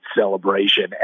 celebration